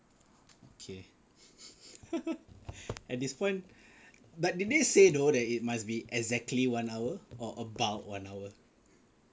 okay at this point but did they say though it must be exactly one hour or about one hour